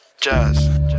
jazz